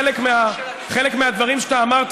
חלק מהדברים שאתה אמרת,